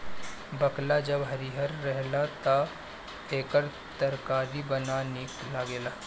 बकला जब हरिहर रहेला तअ एकर तरकारी बड़ा निक लागेला